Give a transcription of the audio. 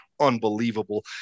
unbelievable